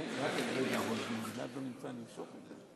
כן, גלעד לא נמצא, אני אמשוך את זה?